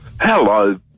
Hello